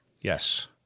Yes